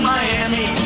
Miami